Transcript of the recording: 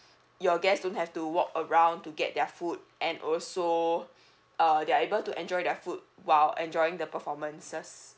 your guest don't to have to walk around to get their food and also uh they are able to enjoy their food while enjoying the performances